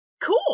cool